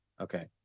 Okay